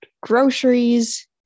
groceries